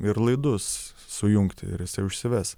ir laidus sujungti ir užsives